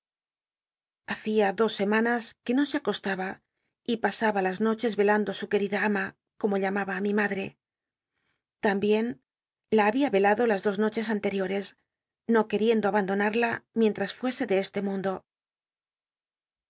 hacia dos se manas que no se acostaba y pasaba las nochr retando á su querida anw como llamaba ü mi madre tambien la babia retado las dos noches anl riores no queriendo abandonarla mienll'as fuese de este mundo